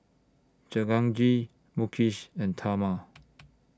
Jehangirr Mukesh and Tharman